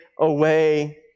away